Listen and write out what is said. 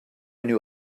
knew